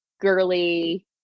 girly